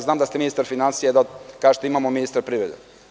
Znam da ste ministar finansija i da kažete – imamo ministra privrede.